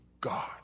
God